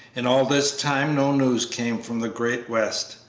in all this time no news came from the great west.